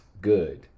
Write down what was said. good